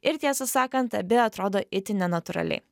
ir tiesą sakant abi atrodo itin nenatūraliai